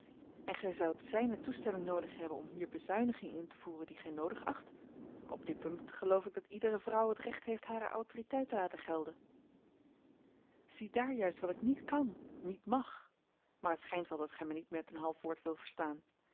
en gij zoudt zijne toestemming noodig hebben om hier bezuinigingen in te voeren die gij noodig acht op dit punt geloof ik dat iedere vrouw het recht heeft hare autoriteit te laten gelden ziedaar juist wat ik niet kan niet mag maar het schijnt wel dat gij mij niet met een half woord wilt verstaan